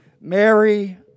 Mary